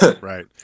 Right